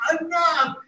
enough